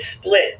split